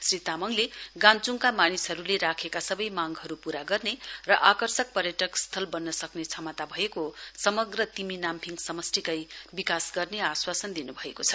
श्री तामङले गान्चुङका मानिसहरुले राखेका सबै मांगहरु मांगहरु पूरा गर्ने र आकर्षक पर्यटक स्थल बन्न सक्ने क्षमता भएको समग्र तिमी नाम्फिङ समस्टि कै विकास गर्ने आश्वासन दिन्भएको छ